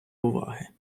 уваги